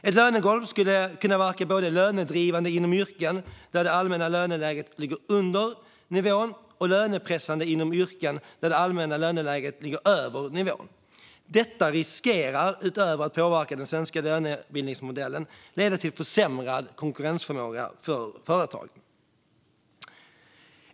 Ett lönegolv skulle kunna verka både lönedrivande inom yrken där det allmänna löneläget ligger under nivån och lönepressande inom yrken där det allmänna löneläget ligger över nivån. Detta riskerar, utöver att påverka den svenska lönebildningsmodellen, att leda till försämrad konkurrensförmåga hos företagen.